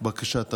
בקשת הממשלה.